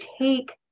take